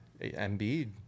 Embiid